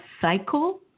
cycle